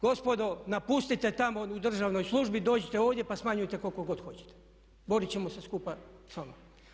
Gospodo napustite tamo u državnoj službi, dođite ovdje pa smanjujte koliko god hoćete, borit ćemo se skupa s vama.